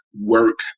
work